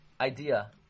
idea